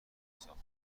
گستاخی